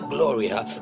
Gloria